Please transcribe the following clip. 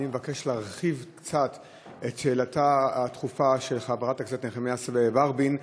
אני מבקש להרחיב קצת את השאילתה הדחופה של חברת הכנסת נחמיאס ורבין,